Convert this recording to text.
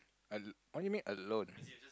al~ what do you mean alone